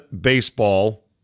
baseball